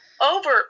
over